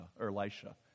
Elisha